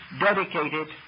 dedicated